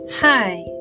Hi